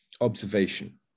observation